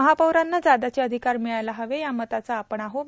महापौरांना जादाचे अधिकार मिळायला हवा या मताचे आपण आहोत